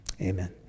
amen